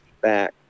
back